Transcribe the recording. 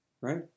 right